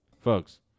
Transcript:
Folks